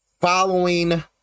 Following